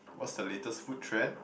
what's the latest food trend